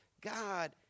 God